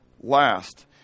last